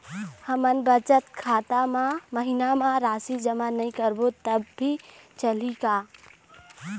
हमन बचत खाता मा महीना मा राशि जमा नई करबो तब भी चलही का?